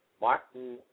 Martin